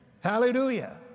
Hallelujah